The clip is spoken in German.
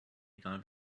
egal